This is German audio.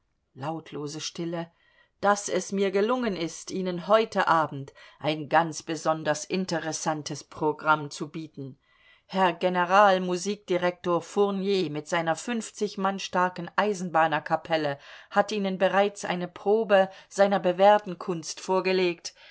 lautlose stille daß es mir gelungen ist ihnen heute abend ein ganz besonders interessantes programm zu bieten herr generalmusikdirektor fournier mit seiner fünfzig mann starken eisenbahnerkapelle hat ihnen bereits eine probe seiner bewährten kunst vorgelegt